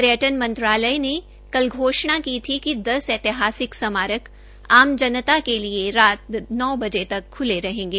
पर्यटन मंत्रालय ने कल घोषणा की थी कि दस ऐतिहासिक स्मारक जनता के लिये सात नौ बजे जक खले रहेंगे